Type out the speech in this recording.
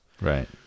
Right